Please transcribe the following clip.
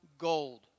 Gold